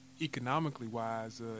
economically-wise